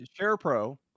SharePro